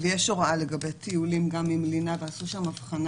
יש הוראה לגבי טיולים גם עם לינה ועשו שם הבחנה